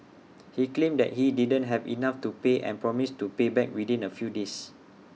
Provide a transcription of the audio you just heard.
he claimed that he didn't have enough to pay and promised to pay back within A few days